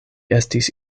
estis